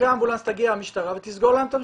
אחרי האמבולנס תגיע המשטרה ותסגור להם את המסיבה,